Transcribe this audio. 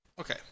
Okay